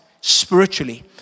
spiritually